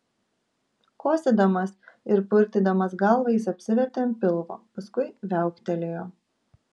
kosėdamas ir purtydamas galvą jis apsivertė ant pilvo paskui viauktelėjo